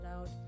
out